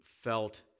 felt